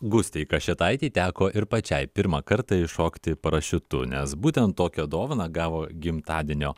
gustei kašėtaitei teko ir pačiai pirmą kartą iššokti parašiutu nes būtent tokią dovaną gavo gimtadienio